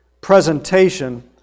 presentation